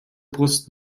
brust